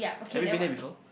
have you been there before